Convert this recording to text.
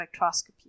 spectroscopy